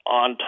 on